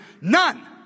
None